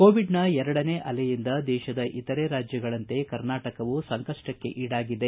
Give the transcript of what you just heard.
ಕೋವಿಡ್ನ ಎರಡನೇ ಅಲೆಯಿಂದ ದೇಶದ ಇತರೆ ರಾಜ್ಯಗಳಂತೆ ಕರ್ನಾಟಕವೂ ಸಂಕಷ್ಟಕ್ಕೆ ಇಡಾಗಿದೆ